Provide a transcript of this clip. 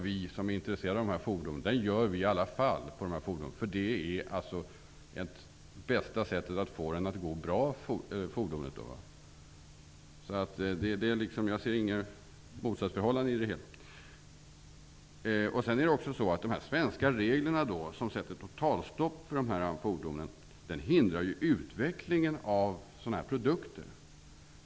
Vi som är intresserade av våra fordon gör detta test, därför att det är det bästa sättet att få veta att fordonen går bra. Jag ser inget motsatsförhållande i det. De svenska reglerna, som sätter totalstopp för dessa fordon, hindrar utvecklingen av sådana här produkter.